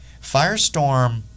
Firestorm